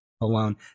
alone